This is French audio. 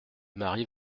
mari